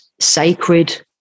sacred